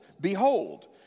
behold